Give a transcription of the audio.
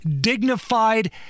dignified